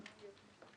כל שאר הדברים